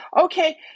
Okay